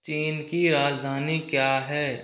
चीन की राजधानी क्या है